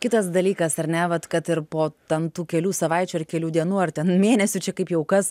ir kitas dalykas ar ne vat kad ir po ten tų kelių savaičių ar kelių dienų ar ten mėnesių čia kaip jau kas